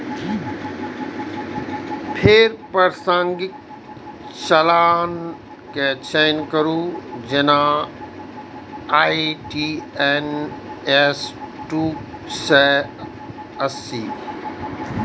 फेर प्रासंगिक चालान के चयन करू, जेना आई.टी.एन.एस दू सय अस्सी